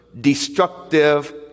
destructive